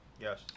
Yes